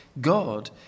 God